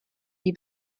die